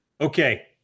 Okay